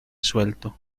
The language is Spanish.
suelto